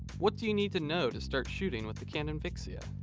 what do you need to know to start shooting with the canon vixia?